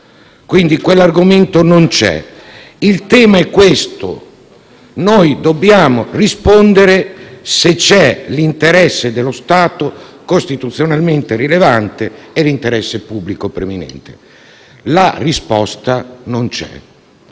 Quindi quell'argomento non c'è. Il tema è questo: noi dobbiamo rispondere se ci sono l'interesse dello Stato costituzionalmente rilevante e l'interesse pubblico preminente. La risposta è che